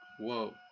Whoa